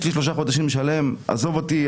יש לי שלושה חודשים לשלם עזוב אותי,